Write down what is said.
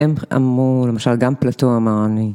הם אמרו למשל גם פלאטו אמרנו.